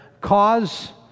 cause